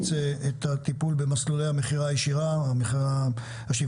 חברים אנחנו פותחים את הישיבה הראשונה של ועדת